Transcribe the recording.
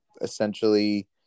essentially